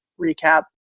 recap